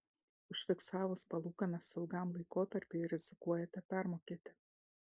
užfiksavus palūkanas ilgam laikotarpiui rizikuojate permokėti